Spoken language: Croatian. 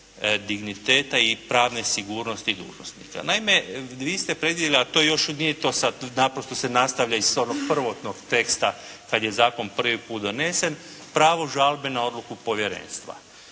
digniteta i pravne sigurnosti dužnosnika. Naime, vi ste predvidjeli, a to još nije to sad, naprosto se nastavlja iz onog prvotnog teksta kad je zakon prvi put donesen, pravo žalbe na odluku povjerenstva.